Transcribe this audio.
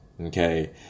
okay